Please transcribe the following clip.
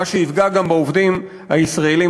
מה שיפגע גם בעובדים הישראלים,